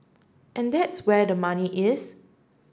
and that's where the money is